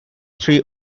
three